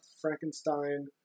Frankenstein